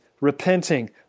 repenting